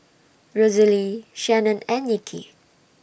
Rosalee Shannon and Nikki